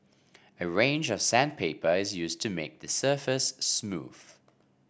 a range of sandpaper is used to make the surface smooth